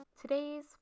Today's